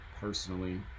personally